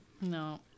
No